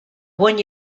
one